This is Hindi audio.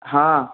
हाँ